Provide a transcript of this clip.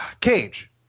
cage